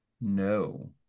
No